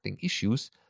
issues